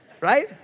right